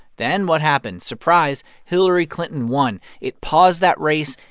then what happened? surprise hillary clinton won. it paused that race.